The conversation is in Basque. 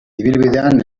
ibilbidean